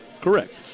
Correct